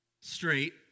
straight